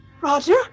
Roger